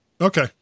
Okay